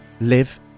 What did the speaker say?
live